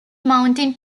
mounting